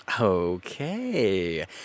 Okay